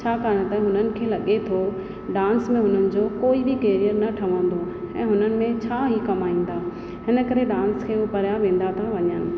छाकाणि त हुननि खे लॻे थो डांस में हुननि जो कोई बि केरियर न ठहंदो ऐं हुननि में छा ई कमाईंदा हिन करे डांस खे हू परियां वेंदा था वञनि